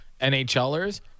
NHLers